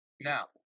Now